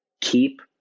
keep